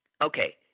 Okay